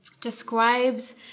describes